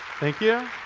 thank you.